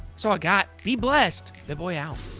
so got. be blessed. bitboy out.